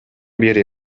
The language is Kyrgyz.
бери